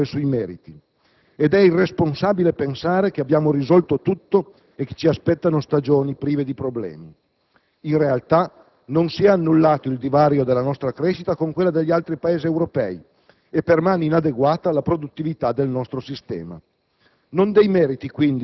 Non serve discutere sui meriti ed è irresponsabile pensare che abbiamo risolto tutto e che ci aspettino stagioni prive di problemi. In realtà, non si è annullato il divario della nostra crescita con quella degli altri Paesi europei e permane inadeguata la produttività del nostro sistema.